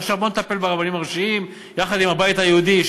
עכשיו בואו נטפל ברבנים הראשיים יחד עם הבית היהודי,